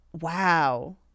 wow